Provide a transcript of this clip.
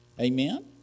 Amen